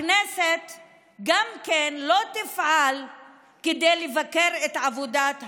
שגם הכנסת לא תפעל כדי לבקר את עבודת הממשלה.